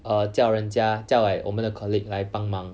err 叫人家叫 like 我们的 colleague 来帮忙